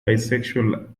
bisexual